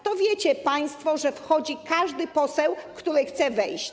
to wiecie państwo, że wchodzi każdy poseł, który chce wejść.